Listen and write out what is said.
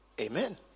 Amen